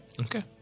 Okay